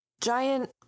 Giant